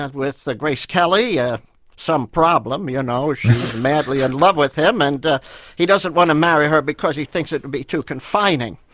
ah with ah grace kelly, yeah some problem, you know, she's madly in and love with him and he doesn't want to marry her because he thinks it will be too confining.